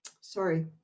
sorry